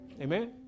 Amen